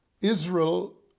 Israel